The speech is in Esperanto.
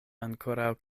ankoraŭ